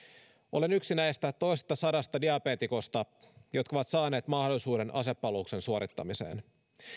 olen yksi näistä diabeetikoista jotka ovat saaneet mahdollisuuden asepalveluksen suorittamiseen